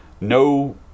no